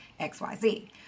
XYZ